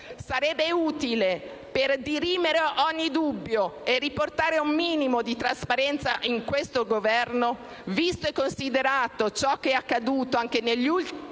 Sarebbe utile, per dirimere ogni dubbio e riportare un minimo di trasparenza in questo Governo, visto e considerato ciò che è accaduto anche negli ultimi giorni,